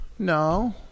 No